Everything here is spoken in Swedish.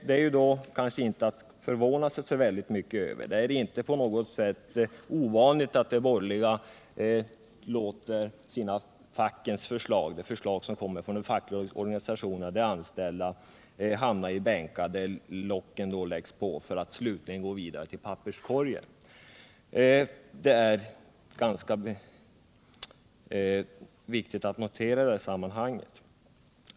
Det är kanske inte att förvåna sig så mycket över — det är inte på något sätt ovanligt att de borgerliga låter förslag som kommer från de fackliga organisationerna, de anställda, hamna i bänkarna där locken läggs på för att slutligen gå vidare till papperskorgen. Det är viktigt att notera i detta sammanhang.